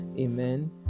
Amen